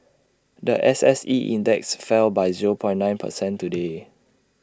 The S S E index fell by zero point nine per cent today